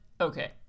okay